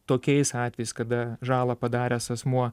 tokiais atvejais kada žalą padaręs asmuo